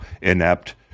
inept